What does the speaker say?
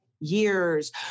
years